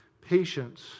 patience